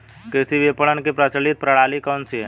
कृषि विपणन की प्रचलित प्रणाली कौन सी है?